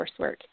coursework